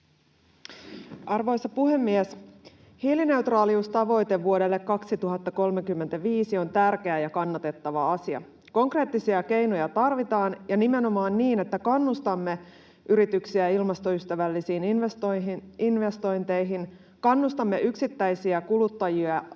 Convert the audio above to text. Arvoisa puhemies! Hiilineutraaliustavoite vuodelle 2035 on tärkeä ja kannatettava asia. Konkreettisia keinoja tarvitaan ja nimenomaan niin, että kannustamme yrityksiä ilmastoystävällisiin investointeihin, kannustamme yksittäisiä kuluttajia